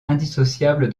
indissociable